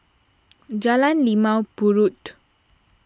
Jalan Limau Purut